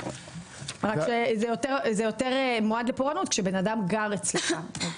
רק שזה יותר מועד לפורענות כשבן אדם גר אצלך.